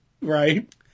right